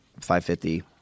550